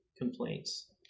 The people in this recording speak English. complaints